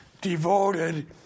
devoted